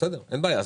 אין בעיה,